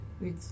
Wait